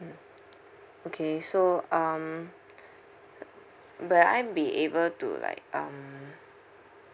mm okay so um will I be able to like um